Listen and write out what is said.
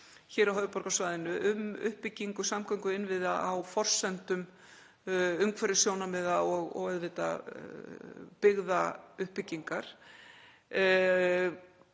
gera á höfuðborgarsvæðinu, um uppbyggingu samgönguinnviða á forsendum umhverfissjónarmiða og auðvitað byggðauppbyggingar.